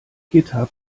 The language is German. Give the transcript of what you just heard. github